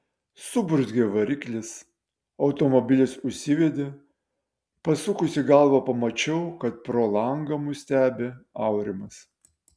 suburzgė variklis automobilis užsivedė pasukusi galvą pamačiau kad pro langą mus stebi aurimas